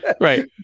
right